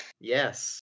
Yes